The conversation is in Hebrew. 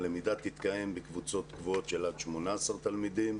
הלמידה תתקיים בקבוצות קבועות של עד 18 תלמידים,